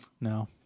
No